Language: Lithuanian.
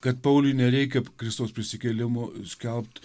kad pauliui nereikia kristaus prisikėlimo skelbt